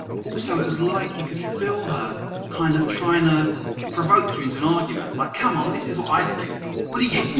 also, it is like you could feel her kind of trying to provoke you into an argument like, come on, this is what i think, what do you think?